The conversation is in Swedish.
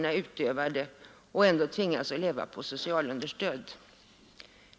I vissa situationer tvingas de nu att leva på socialunderstöd.